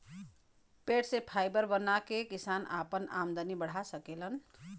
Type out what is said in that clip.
पेड़ से फाइबर बना के किसान आपन आमदनी बढ़ा सकेलन